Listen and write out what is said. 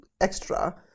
extra